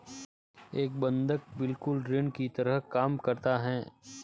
एक बंधक बिल्कुल ऋण की तरह काम करता है